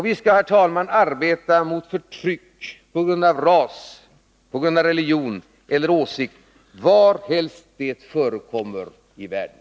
Vi skall arbeta mot förtryck på grund av ras, religion eller åsikt varhelst det förekommer i världen.